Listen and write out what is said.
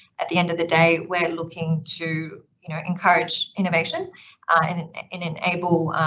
at the end of the day we're looking to, you know, encourage innovation and enable,